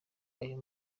ayo